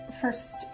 first